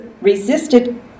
resisted